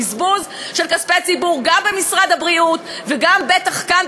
בזבוז של כספי ציבור גם במשרד הבריאות ובטח גם כאן,